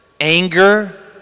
anger